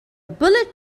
bullet